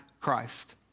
Christ